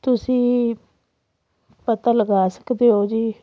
ਤੁਸੀਂ ਪਤਾ ਲਗਾ ਸਕਦੇ ਹੋ ਜੀ